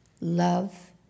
love